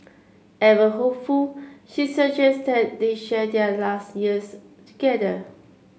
ever hopeful she suggest that they share their last years together